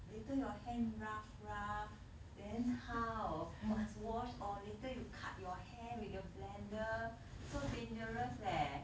later your hand rough rough then how must wash or later you cut your hand with the blender so dangerous leh